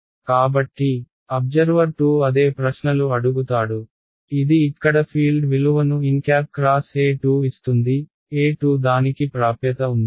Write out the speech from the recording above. కాబట్టి అబ్జర్వర్ 2 అదే ప్రశ్నలు అడుగుతాడు ఇది ఇక్కడ ఫీల్డ్ విలువను n x E2 ఇస్తుంది E2 దానికి ప్రాప్యత ఉంది